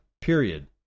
period